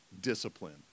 discipline